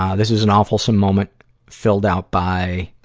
um this is an awfulsome moment filled out by